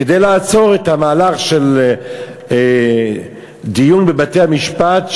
כדי לעצור את המהלך של דיון בבתי-המשפט.